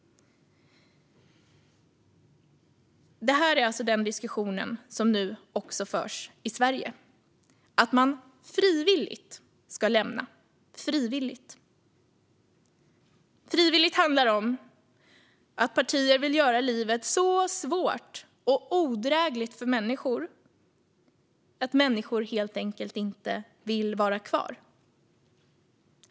Det är alltså den diskussion som nu också förs i Sverige: att de frivilligt ska lämna. Frivilligt handlar om att partier vill göra livet så svårt och odrägligt för människor att de helt enkelt inte vill vara kvar.